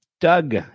Doug